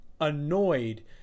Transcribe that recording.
annoyed